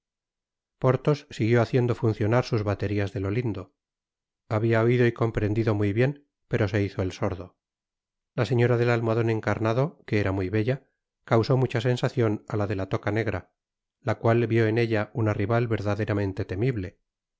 porthos siguió haciendo funcionar sus baterías de lo lindo habia oido y comprendido muy bien pero se hizo el sordo la señora del almohadon encarnado que era muy bella causó mucha sensacion á la de la toca negra la cual vió en ella una rival verdaderamente temible